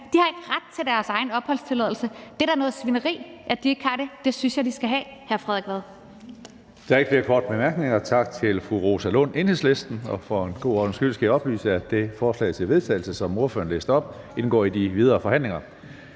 de har ikke ret til deres egen opholdstilladelse. Det er da noget svineri, at de ikke har det. Det synes jeg de skal have, hr. Frederik Vad.